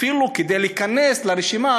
אפילו כדי להיכנס לרשימה,